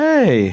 Hey